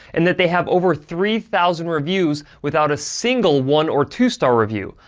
and that they have over three thousand reviews without a single one or two star review,